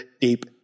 deep